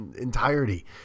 entirety